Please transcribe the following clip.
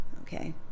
Okay